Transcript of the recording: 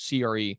CRE